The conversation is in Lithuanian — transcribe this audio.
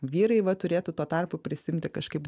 vyrai va turėtų tuo tarpu prisiimti kažkaip